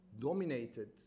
dominated